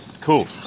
Cool